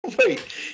Wait